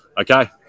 Okay